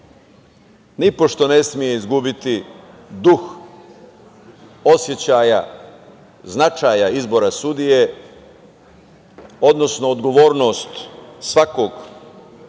nipošto ne sme izgubiti duh osećaja, značaja izbora sudije, odnosno odgovornost svakog od nas